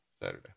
Saturday